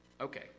okay